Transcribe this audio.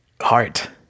Heart